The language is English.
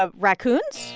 ah raccoons?